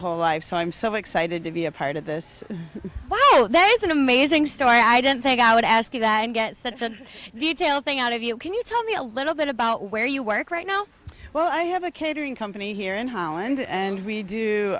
whole life so i'm so excited to be a part of this well there's an amazing story i didn't think i would ask you that i get such a detailed thing out of you can you tell me a little bit about where you work right now well i have a catering company here in holland and redo